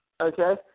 okay